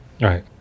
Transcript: right